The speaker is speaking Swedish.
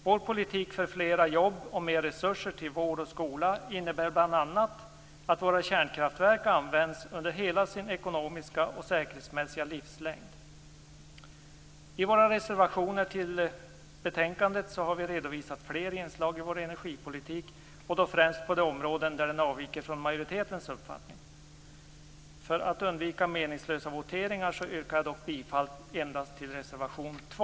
Vår politik för flera jobb och mer resurser till vård och skola innebär bl.a. att våra kärnkraftverk används under hela sin ekonomiska och säkerhetsmässiga livslängd. I våra reservationer vid betänkandet har vi redovisat fler inslag i vår energipolitik, främst på de områden där den avviker från majoritetens uppfattning. För att undvika meningslösa voteringar yrkar jag dock bifall endast till reservation 2.